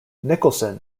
nicholson